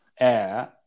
air